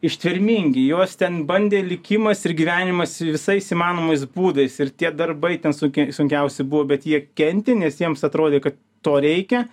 ištvermingi juos ten bandė likimas ir gyvenimas visais įmanomais būdais ir tie darbai ten su sunkiausi buvo bet jie kentė nes jiems atrodė kad to reikia